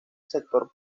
sector